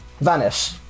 vanish